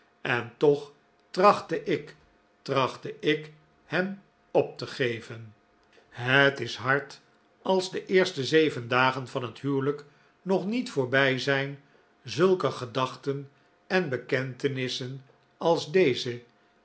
en toch trachtte ik trachtte ik hem op te geven het is hard dat als de eerste zeven dagen van het huwelijk nog niet voorbij zijn zulke gedachten en bekentenissen als deze